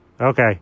Okay